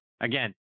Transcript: Again